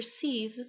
perceive